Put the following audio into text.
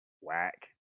whack